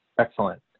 Excellent